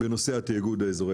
בנושא התאגוד האזורי.